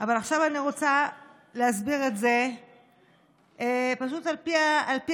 אבל עכשיו אני רוצה להסביר את זה פשוט על פי השכל,